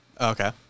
Okay